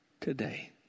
today